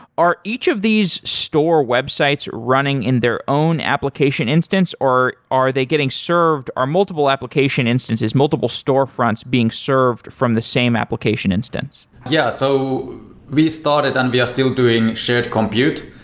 are each of these store websites running in their own application instance or are they getting served are multiple application instances, multiple storefronts being served from the same application instance? yeah. so we started and we are still doing shared compute.